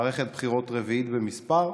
מערכת רביעית במספר.